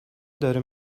داره